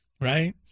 right